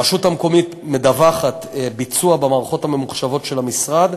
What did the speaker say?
הרשות המקומית מדווחת על ביצוע במערכות הממוחשבות של המשרד,